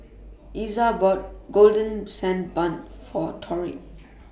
Iza bought Golden Sand Bun For Torrie